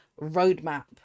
roadmap